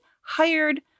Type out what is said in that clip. hired